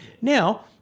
Now